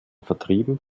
vertrieben